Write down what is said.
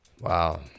Wow